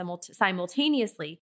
simultaneously